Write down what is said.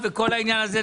תוכנית 076002,